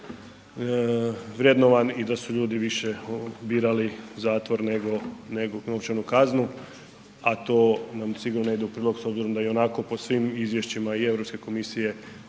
niskovrednovan i da su ljudi više birali zatvor nego novčanu kaznu a to nam sigurno ne ide u prilog s obzirom da ionako po svim izvješćima i Europske komisije